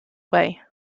way